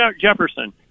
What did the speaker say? Jefferson